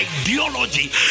ideology